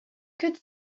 could